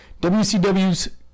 WCW's